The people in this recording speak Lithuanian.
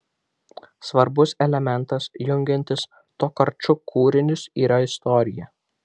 svarbus elementas jungiantis tokarčuk kūrinius yra istorija